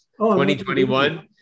2021